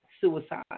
suicide